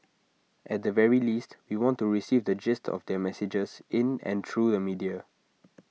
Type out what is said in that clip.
at the very least we want to receive the gist of their messages in and through the media